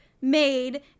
made